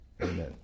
Amen